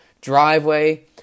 driveway